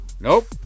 nope